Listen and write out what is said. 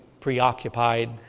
preoccupied